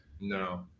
No